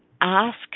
ask